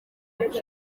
ati